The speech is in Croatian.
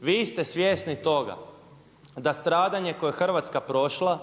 vi ste svjesni toga da stradanje koje je Hrvatska prošla